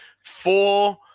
Four